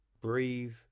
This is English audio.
Breathe